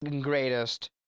greatest